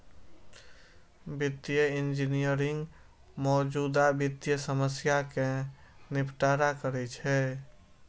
वित्तीय इंजीनियरिंग मौजूदा वित्तीय समस्या कें निपटारा करै छै